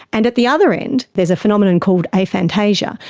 and at the other end there's a phenomenon called aphantasia,